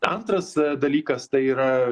antras dalykas tai yra